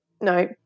no